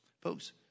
Folks